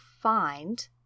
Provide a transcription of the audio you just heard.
find